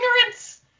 ignorance